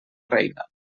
reina